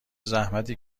زحمتی